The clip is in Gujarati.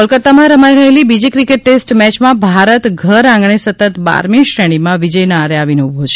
ક્રિકેટ કોલકતામાં રમાઇ રહેલી બીજી ક્રિકેટ ટેસ્ટ મેચમાં ભારત ઘર આંગણે સતત બારમી શ્રેણીમાં વિજયના આરે આવીને ઉભો રહ્યો છે